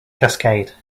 cascade